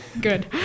good